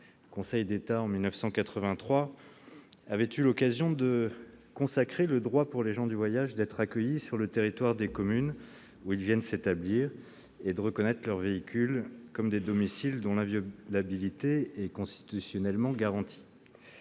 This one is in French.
Le Conseil d'État, en 1983, avait eu l'occasion de consacrer le droit pour les gens du voyage d'être accueillis sur le territoire des communes où ils viennent s'établir et de reconnaître leurs véhicules comme des domiciles dont l'inviolabilité est constitutionnellement garantie.